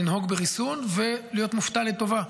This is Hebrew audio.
לנהוג בריסון ולהיות מופתע לטובה.